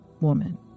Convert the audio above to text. Woman